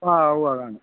ആ ഉവ്വ് അതാണ്